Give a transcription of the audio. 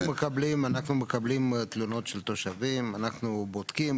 אנחנו מקבלים תלונות של תושבים ואנחנו בודקים.